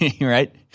right